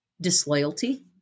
disloyalty